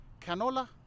canola